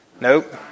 Nope